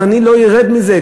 אני לא ארד מזה.